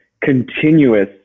continuous